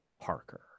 parker